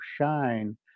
shine